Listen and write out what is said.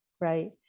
right